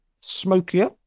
smokier